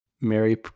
Mary